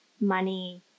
money